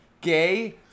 Gay